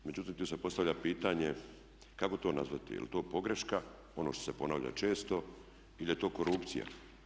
Međutim, tu se postavlja pitanje kako to nazvati, je li to pogreška, ono što se ponavlja često ili je to korupcija.